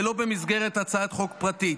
ולא במסגרת הצעת חוק פרטית.